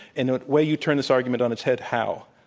and the way you turn this argument on its head, how?